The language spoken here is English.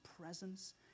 presence